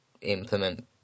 implement